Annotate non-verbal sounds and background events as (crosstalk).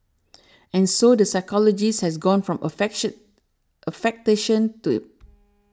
and so the psychologist has gone from (unintelligible) affectation to